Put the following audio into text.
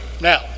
now